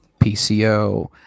PCO